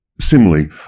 Similarly